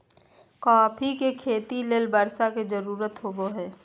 coffee के खेती ले बर्षा के जरुरत होबो हइ